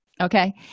okay